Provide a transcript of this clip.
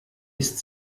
ist